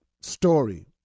story